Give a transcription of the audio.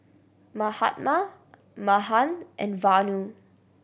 Mahatma Mahan and Vanu